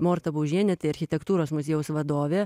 morta baužienė tai architektūros muziejaus vadovė